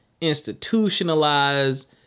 institutionalized